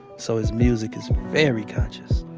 so his music is very conscious.